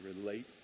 relate